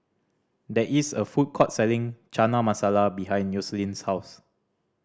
there is a food court selling Chana Masala behind Yoselin's house